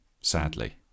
Sadly